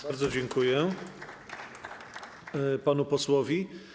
Bardzo dziękuję panu posłowi.